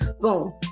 Boom